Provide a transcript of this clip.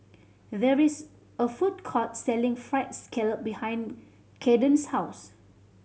there is a food court selling Fried Scallop behind Caden's house